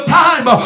time